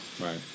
right